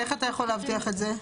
איך אתה יכול להבטיח את זה?